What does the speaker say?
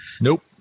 Nope